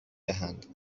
دهند